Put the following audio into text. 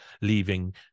leaving